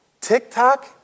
TikTok